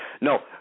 No